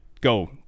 Go